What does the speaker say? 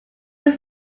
was